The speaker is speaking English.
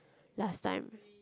last time